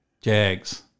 Jags